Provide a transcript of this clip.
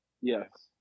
Yes